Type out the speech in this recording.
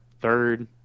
third